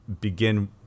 begin